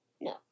No